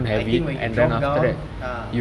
I think when you drop down ah